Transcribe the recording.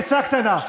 עצה קטנה.